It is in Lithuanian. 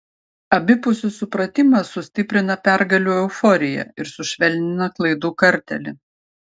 abipusis supratimas sustiprina pergalių euforiją ir sušvelnina klaidų kartėlį